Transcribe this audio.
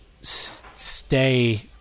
stay